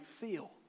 feel